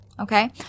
Okay